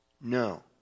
No